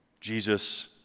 Jesus